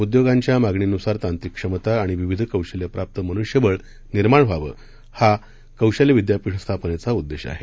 उद्योगांच्या मागणीनुसार तांत्रिक क्षमता आणि विविध कौशल्यप्राप्त मनुष्यबळ निर्माण व्हावं हा कौशल्य विद्यापीठ स्थापनेचा उद्देश आहे